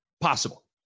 Possible